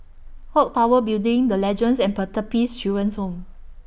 Clock Tower Building The Legends and Pertapis Children's Home